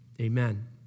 Amen